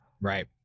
Right